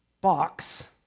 box